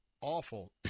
awful